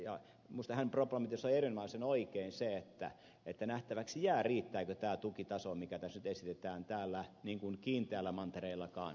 minusta hän problematisoi erinomaisen oikein sen että nähtäväksi jää riittääkö tämä tukitaso täällä kiinteällä mantereellakaan mikä tässä nyt esitetään